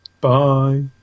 Bye